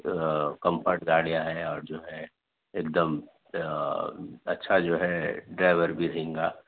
comfort گاڑیاں ہیں اور جو ہے ایک دم اچھا جو ہے ڈرائیور بھی رہینگا